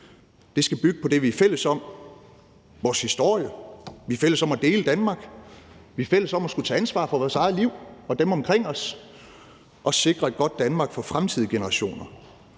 det skal bygge på det, vi er fælles om, vores historie, vi er fælles om at dele Danmark, vi er fælles om at skulle tage ansvar for vores eget liv og dem omkring os, og sikre et godt Danmark for fremtidige generationer.